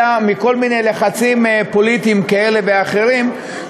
אלא מכל מיני לחצים פוליטיים כאלה ואחרים,